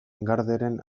garderen